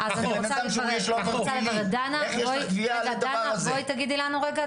איך יש לך קביעה לדבר הזה,